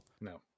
no